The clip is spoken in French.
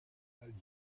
alice